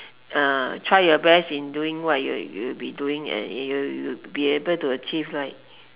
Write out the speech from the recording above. uh try your best in doing what you are doing you you you will be able to achieve ah